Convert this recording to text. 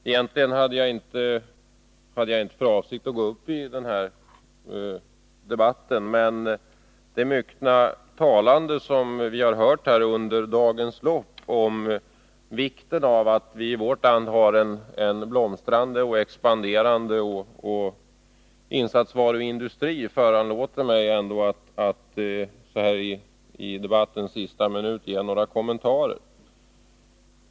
Herr talman! Egentligen hade jag inte för avsikt att gå upp i den här debatten, men de många anföranden som vi har hört under dagens lopp om vikten av att vi i vårt land har en blomstrande och expanderande insatsvaruindustri föranlåter mig ändå att så här i debattens sista minuter göra några kommentarer.